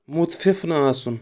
مُتفِف نہٕ آسُن